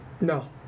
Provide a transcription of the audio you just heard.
No